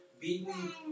beaten